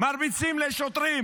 מרביצים לשוטרים,